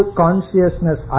consciousness